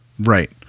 Right